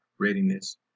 readiness